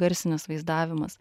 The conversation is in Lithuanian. garsinis vaizdavimas